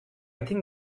think